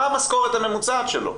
מה המשכורת הממוצעת שלו?